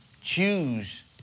choose